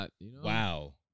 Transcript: Wow